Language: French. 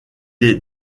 est